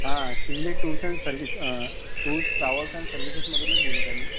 हा Shinde tours and service tours travels and सर्व्हिसेसमधूनच बोलत आहे मी